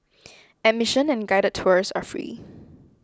admission and guided tours are free